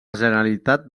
generalitat